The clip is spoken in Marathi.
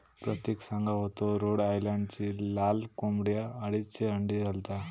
प्रतिक सांगा होतो रोड आयलंडची लाल कोंबडी अडीचशे अंडी घालता